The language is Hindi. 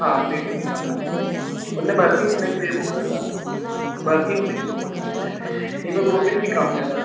हाँ प्लेट्स भी कम हैं उनने भर्ती होने के लिए बोला था भर्ती होने के लिए बोला था हीमोग्लोबिन भी कम हैगा